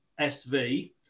SV